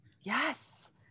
Yes